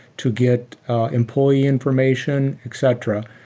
to get employee information, etc.